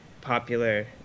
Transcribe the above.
popular